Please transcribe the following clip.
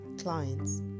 clients